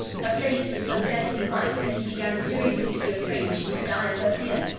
her face was so deathly white that he began seriously to be afraid she would die of her fear.